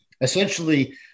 essentially